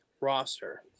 roster